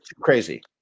crazy